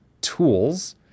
tools